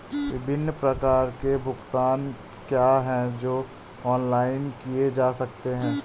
विभिन्न प्रकार के भुगतान क्या हैं जो ऑनलाइन किए जा सकते हैं?